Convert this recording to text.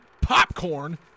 Popcorn